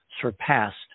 surpassed